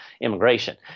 immigration